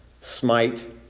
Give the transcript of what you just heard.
smite